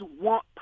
want